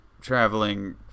traveling